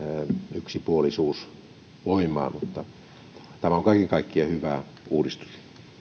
yksipuolisuus voimaan mutta tämä on kaiken kaikkiaan hyvä uudistus